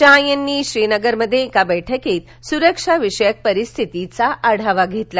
शहा यांनी श्रीनगरमध्ये एका बैठकीत सुरक्षाविषयक परिस्थितीचा आढावा घेतला